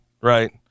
right